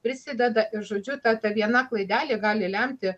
prisideda ir žodžiu ta ta viena klaidelė gali lemti